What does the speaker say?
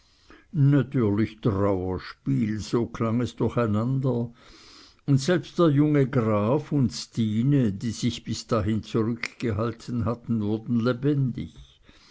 natürlich trauerspiel so klang es durcheinander und selbst der junge graf und stine die sich bis dahin zurückgehalten hatten wurden lebendig